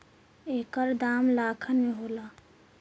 एकर दाम लाखन में होला